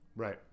Right